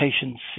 patience